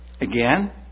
Again